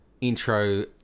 intro